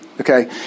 Okay